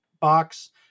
box